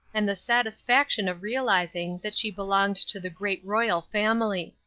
and the satisfaction of realizing that she belonged to the great royal family.